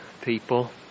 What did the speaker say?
people